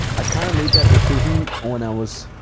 i kinda made that decision when i was,